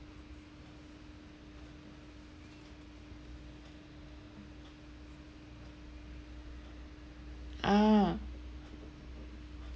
ah